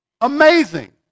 amazing